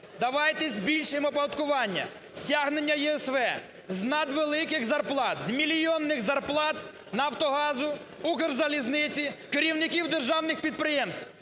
Давайте збільшимо оподаткування, стягнення ЄСВ з надвеликих зарплат, з мільйонних зарплат "Нафтогазу", "Укрзалізниці", керівників державних підприємств